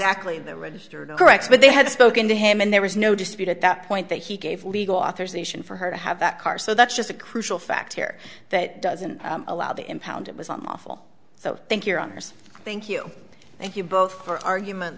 actually the register grex but they had spoken to him and there was no dispute at that point that he gave legal authorization for her to have that car so that's just a crucial fact here that doesn't allow the impound it was unlawful so thank your honour's thank you thank you both for argument